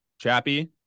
Chappie